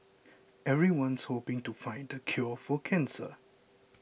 everyone's hoping to find the cure for cancer